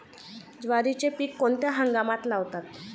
ज्वारीचे पीक कोणत्या हंगामात लावतात?